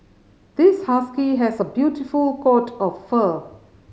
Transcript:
this husky has a beautiful coat of fur